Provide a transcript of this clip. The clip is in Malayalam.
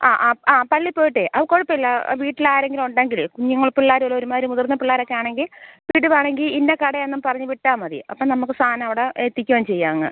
ആ ആ ആ പള്ളിയിൽ പോയിട്ടേ ആ കുഴപ്പമില്ല വീട്ടിലാരെങ്കിലും ഉണ്ടെങ്കിൽ കുഞ്ഞുങ്ങൾ പിള്ളേര് ഒരുമാതിരി മുതിർന്ന പിള്ളേരൊക്കെ ആണെങ്കിൽ വിടുവാണെങ്കിൽ ഇന്ന കടയാണെന്നും പറഞ്ഞ് വിട്ടാൽ മതി അപ്പം നമുക്ക് സാധനം അവിടെ എത്തിക്കുകയും ചെയ്യാം അങ്ങ്